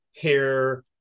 hair